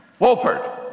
Wolpert